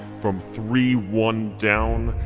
from three one down,